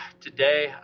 today